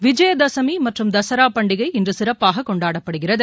விஜயதசமி மற்றும் தசரா பண்டிகை இன்று சிறப்பாக கொண்டாடப்படுகிறது